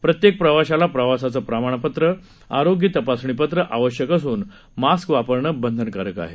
प्रत्येक प्रवाशाला प्रवासाचं प्रमाणपत्र आरोग्य तपासणीपत्र आवश्यक असून मास्क वापरणं बंधनकारक आहे